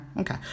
okay